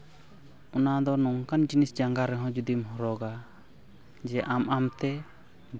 ᱚᱱᱟᱫᱚ ᱱᱚᱝᱠᱟᱱ ᱡᱤᱱᱤᱥ ᱡᱟᱸᱜᱟ ᱨᱮᱦᱚᱸ ᱡᱩᱫᱤᱢ ᱦᱚᱨᱚᱜᱟ ᱡᱮ ᱟᱢ ᱟᱢᱛᱮ